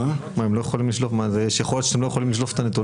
יכול להיות שאתם לא יכולים לשלוף את הנתונים?